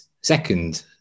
second